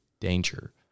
danger